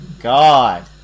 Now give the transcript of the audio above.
God